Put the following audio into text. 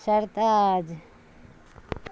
سرتاج